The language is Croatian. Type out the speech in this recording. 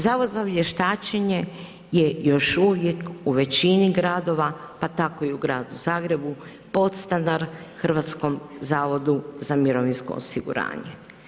Zavod za vještačenje je još uvijek, u većini gradova, pa tako i u gradu Zagrebu podstanar Hrvatskom zavodu za mirovinsko osiguranje.